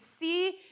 see